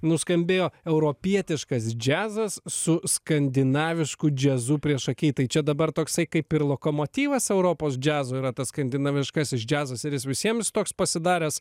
nuskambėjo europietiškas džiazas su skandinavišku džiazu priešaky tai čia dabar toksai kaip ir lokomotyvas europos džiazo yra tas skandinaviškasis džiazas ar jis visiems toks pasidaręs